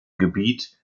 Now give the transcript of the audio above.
gebiet